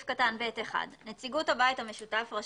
(ב) (1) נציגות הבית המשותף רשאית,